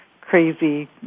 crazy